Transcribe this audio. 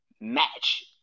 match